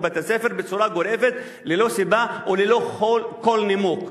בית-הספר בצורה גורפת ללא סיבה וללא כל נימוק.